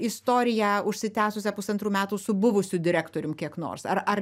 istoriją užsitęsusią pusantrų metų su buvusiu direktorium kiek nors ar ar